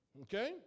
Okay